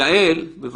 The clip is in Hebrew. יעל, יעל.